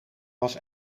was